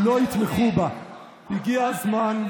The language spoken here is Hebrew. תם הזמן.